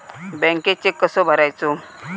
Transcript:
बँकेत चेक कसो भरायचो?